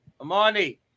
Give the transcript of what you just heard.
Amani